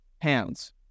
hands